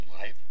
life